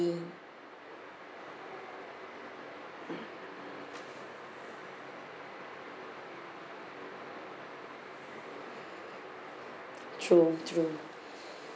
true true